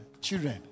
children